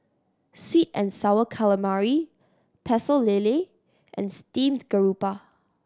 sweet and Sour Calamari Pecel Lele and steamed garoupa